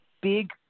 big